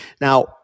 Now